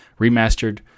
remastered